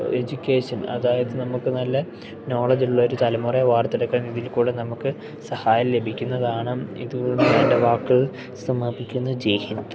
education അതായത് നമുക്ക് നല്ല നോളജ്ള്ള ഒരു തലമുറ വാർത്തെടുക്കാൻ ഇതിൽ കൂടെ നമുക്ക് സഹായം ലഭിക്കുന്നതാണ് ഇത് എൻ്റെ വാക്കുകൾ സമാപിക്കുന്നു ജയ്ഹിന്ദ്